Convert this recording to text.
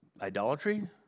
idolatry